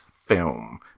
film